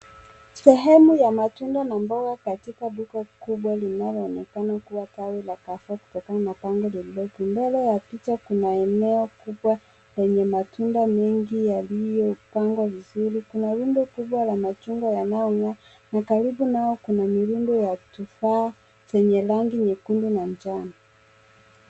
Sehemu ya matunda na mboga katika duka kubwa linayoonekana kuwa tawi la kafe kutokana na bango lililoko. Mbele ya picha kuna eneo kubwa yenye matunda mengi yaliyopangwa vizuri. Kuna rundo kubwa la machungwa yanayong'aa na karibu nao kuna mirundo la tufaa zenye rangi nyekundu na njano.